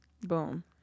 Boom